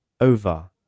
Over